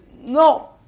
no